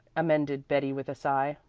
amended betty with a sigh.